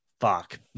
Fuck